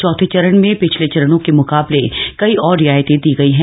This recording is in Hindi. चौथे चरण में पिछले चरणों के मुकाबले कई और रियायतें दी गयी हैं